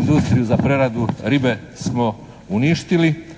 industriju za preradu ribe smo uništili.